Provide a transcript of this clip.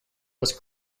was